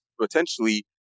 potentially